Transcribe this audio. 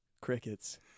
crickets